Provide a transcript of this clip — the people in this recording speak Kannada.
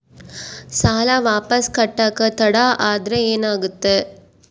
ಸಾಲ ವಾಪಸ್ ಕಟ್ಟಕ ತಡ ಆದ್ರ ಏನಾಗುತ್ತ?